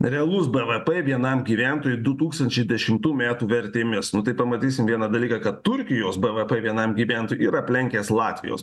realus bvp vienam gyventojui du tūkstančiai dešimtųjų metų vertėmis nu tai pamatysime vieną dalyką kad turkijos bvp vienam gyventojui yra aplenkęs latvijos